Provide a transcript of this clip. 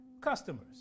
customers